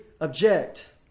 object